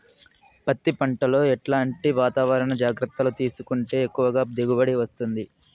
పత్తి పంట లో ఎట్లాంటి వాతావరణ జాగ్రత్తలు తీసుకుంటే ఎక్కువగా దిగుబడి వస్తుంది?